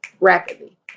rapidly